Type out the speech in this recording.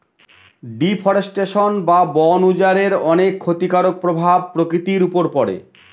deforestation বা বন উজাড়ের অনেক ক্ষতিকারক প্রভাব প্রকৃতির উপর পড়ে